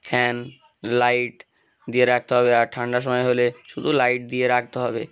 fan light দিয়ে রাখতে হবে আর ঠান্ডা সময় হলে শুধু লাইট দিয়ে রাখতে হবে